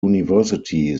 university